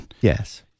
Yes